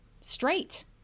straight